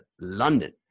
London